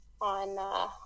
on